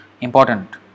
important